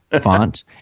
font